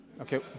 Okay